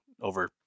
over